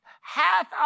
hath